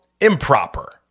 improper